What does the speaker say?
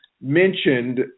mentioned